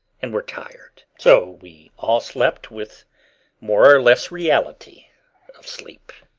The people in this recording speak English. and were tired so we all slept with more or less reality of sleep.